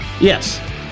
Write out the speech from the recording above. Yes